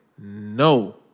no